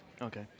Okay